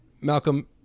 Malcolm